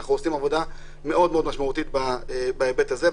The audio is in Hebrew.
אנחנו עושים עבודה מאוד מאוד משמעותית בהיבט הזה,